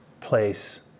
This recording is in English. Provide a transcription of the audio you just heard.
place